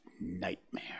nightmare